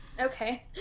Okay